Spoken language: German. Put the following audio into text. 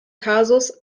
kasus